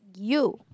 you